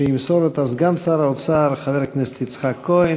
שימסור אותה סגן שר האוצר חבר הכנסת יצחק כהן,